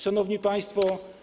Szanowni Państwo!